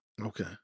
Okay